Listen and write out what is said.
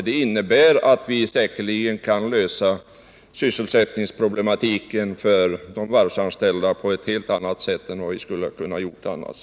Det innebär säkerligen att vi kan lösa sysselsättningsproblemen för de varvsanställda på ett helt annat sätt än vad vi skulle ha kunnat göra annars.